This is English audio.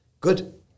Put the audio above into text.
good